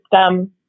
system